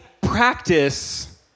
practice